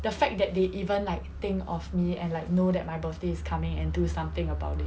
the fact that they even like think of me and know that my birthday is coming and do something about it